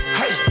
hey